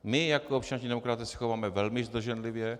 My jako občanští demokraté se chováme velmi zdrženlivě.